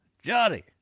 Johnny